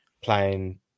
playing